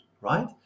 right